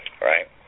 right